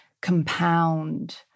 compound